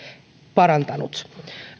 parantanut